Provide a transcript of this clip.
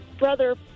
brother